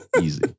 Easy